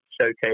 showcase